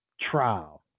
trial